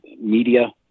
media